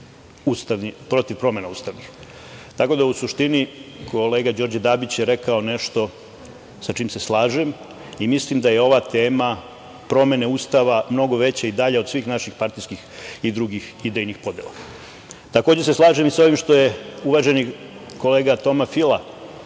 protiv ustavnih promena. Kolega Đorđe Dabić je, u suštini, rekao nešto sa čim se slažem i mislim da je ova tema promene Ustava mnogo veća i dalja od svih naših partijskih i drugih idejnih podela. Takođe se slažem i sa ovim što je uvaženi kolega Toma Fila,